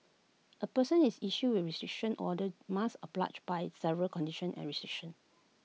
A person is issued with A restriction order must oblige by several conditions and restrictions